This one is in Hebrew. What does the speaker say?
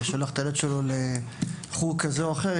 ששלח את הילד שלו לחוג כזה או אחר,